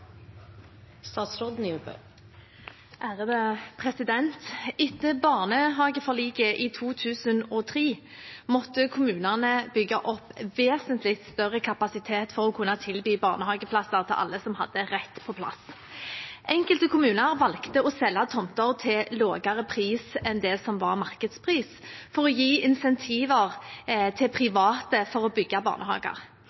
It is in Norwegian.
Etter barnehageforliket i 2003 måtte kommunene bygge opp vesentlig større kapasitet for å kunne tilby barnehageplasser til alle som hadde rett på plass. Enkelte kommuner valgte å selge tomter til lavere pris enn det som var markedspris, for å gi insentiver til